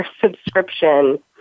subscription